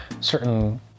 certain